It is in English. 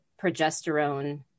progesterone